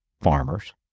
farmers